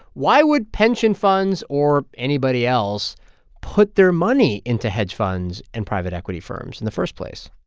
why would pension funds or anybody else put their money into hedge funds and private equity firms in the first place?